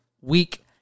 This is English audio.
week